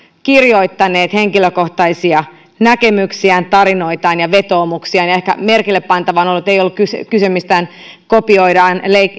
kirjoittaneet henkilökohtaisia näkemyksiään tarinoitaan ja vetoomuksiaan ja ehkä merkille pantavaa on ollut että ei ole ollut kyse kyse mistään kopioidaan